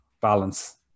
balance